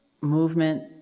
movement